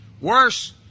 Worse